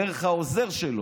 דרך העוזר שלו: